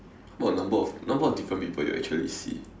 what number of number of different people you actually see